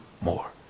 more